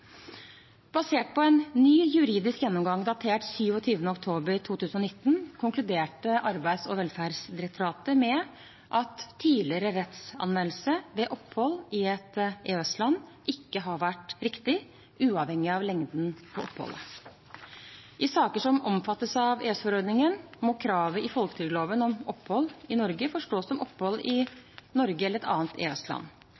Basert på en ny juridisk gjennomgang datert 27. oktober 2019 konkluderte Arbeids- og velferdsdirektoratet med at tidligere rettsanvendelse ved opphold i et EØS-land ikke har vært riktig – uavhengig av lengden på oppholdet. I saker som omfattes av EØS-forordningen, må kravet i folketrygdloven om opphold i Norge forstås som opphold